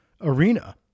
arena